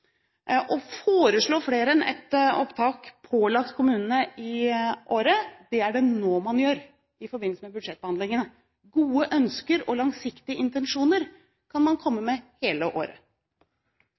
Å foreslå å pålegge kommunene flere enn ett opptak i året, gjør man nå, i forbindelse med budsjettbehandlingene. Gode ønsker og langsiktige intensjoner kan man komme